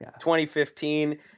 2015